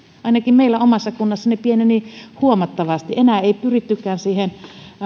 ainakin meillä omassa kunnassani ne pienenivät huomattavasti enää ei pyrittykään siihen